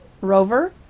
rover